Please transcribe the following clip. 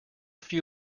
few